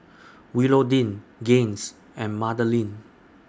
Willodean Gaines and Madalynn